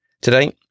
Today